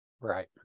Right